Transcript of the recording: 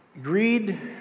Greed